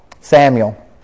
Samuel